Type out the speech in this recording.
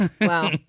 wow